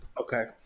Okay